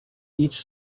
each